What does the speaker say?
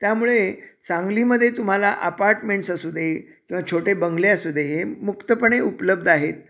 त्यामुळे सांगलीमध्ये तुम्हाला अपार्टमेंट्स असू दे किंवा छोटे बंगले असू दे हे मुक्तपणे उपलब्ध आहेत